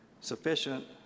sufficient